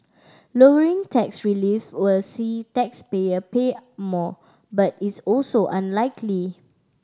lowering tax relief will see taxpayer pay more but is also unlikely